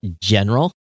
general